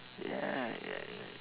yeah yeah yeah